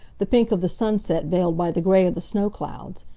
the pink of the sunset veiled by the gray of the snow clouds.